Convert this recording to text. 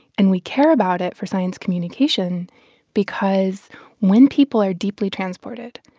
and we care about it for science communication because when people are deeply transported,